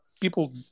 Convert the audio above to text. people